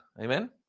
Amen